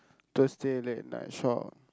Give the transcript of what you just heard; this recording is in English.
Thursday late night shop